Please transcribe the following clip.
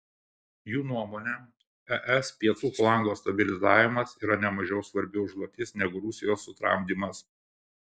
jų nuomone es pietų flango stabilizavimas yra nemažiau svarbi užduotis negu rusijos sutramdymas